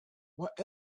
what